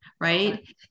right